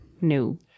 No